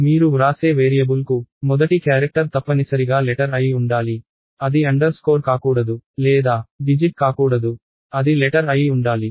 మీరు వ్రాసే వేరియబుల్కు మొదటి క్యారెక్టర్ తప్పనిసరిగా లెటర్ అయి ఉండాలి అది అండర్స్కోర్ కాకూడదు లేదా డిజిట్ కాకూడదు అది లెటర్ అయి ఉండాలి